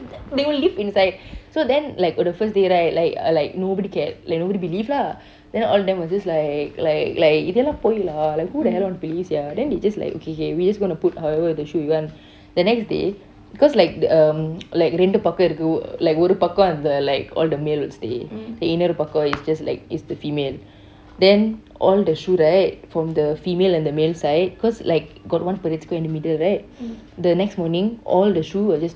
they will live inside so then like on the first day right like nobody cared like nobody believe lah then all of them was just like like like இது எல்லாம் பொய்:ethu ellan poy lah like who in the hell want to believe sia then they just like okay okay okay we just going to put however the shoe we want the next day cause like um like இரண்டு பக்கம் இருக்கு:irantu pakkam irruku like ஒருபக்கம் அந்த:orupakkam anta like all the male will stay then இன்னோறு பக்கம்:innoru pakkam is just like is the female then all the shoe right from the female and the male side cause like got one parade square in the middle right the next morning all the shoe was just